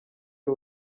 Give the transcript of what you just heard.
ari